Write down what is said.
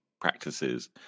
practices